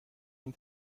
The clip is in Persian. این